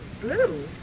Blue